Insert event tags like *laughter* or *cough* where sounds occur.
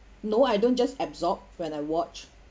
no I don't just absorb when I watch *laughs*